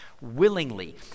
willingly